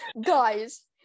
Guys